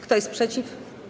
Kto jest przeciw?